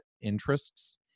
interests